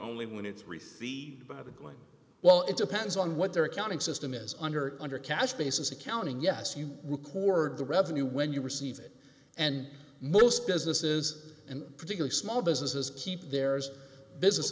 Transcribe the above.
only when it's three three of the going well it depends on what their accounting system is under under cash basis accounting yes you record the revenue when you receive it and most businesses and particularly small businesses keep theirs business